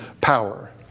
power